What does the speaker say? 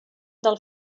del